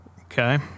Okay